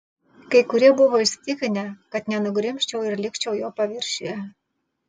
kai kurie buvo įsitikinę kad nenugrimzčiau ir likčiau jo paviršiuje